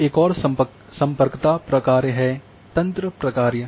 अब एक और सम्पर्कता प्रक्रिया है तंत्र प्रक्रिया